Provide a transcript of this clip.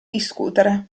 discutere